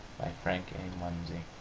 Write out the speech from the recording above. by frank a. munsey.